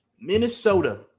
Minnesota